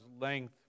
length